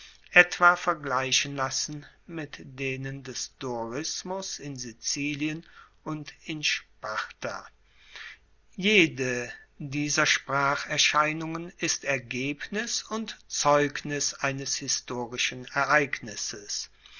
etwa vergleichen lassen mit denen des dorismus in sizilien und in sparta jede dieser spracherscheinungen ist ergebnis und zeugnis eines historischen ereignisses